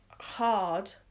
hard